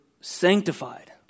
sanctified